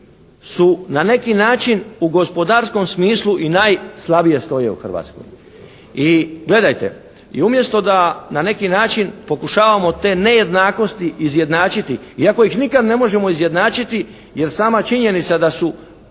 su na neki način u gospodarskom smislu i najslabije stoje u Hrvatskoj. I gledajte, i umjesto da na neki način pokušavamo te nejednakosti izjednačiti i ako ih nikad ne možemo izjednačiti jer sama činjenica da su